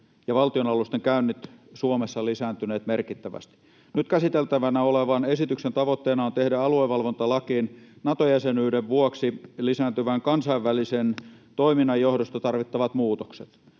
ja valtionalusten käynnit Suomessa lisääntyneet merkittävästi. Nyt käsiteltävänä olevan esityksen tavoitteena on tehdä aluevalvontalakiin Nato-jäsenyyden vuoksi lisääntyvän kansainvälisen toiminnan johdosta tarvittavat muutokset.